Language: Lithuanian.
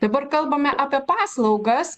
dabar kalbame apie paslaugas